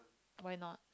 why not